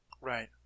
Right